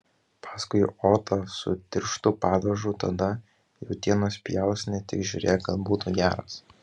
paskui otą su tirštu padažu tada jautienos pjausnį tik žiūrėk kad būtų geras